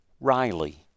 Riley